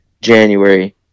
January